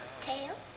tail